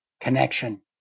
connection